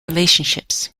relationships